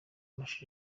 amashusho